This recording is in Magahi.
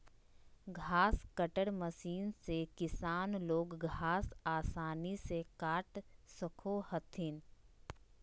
घास कट्टर मशीन से किसान लोग घास आसानी से काट सको हथिन